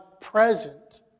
present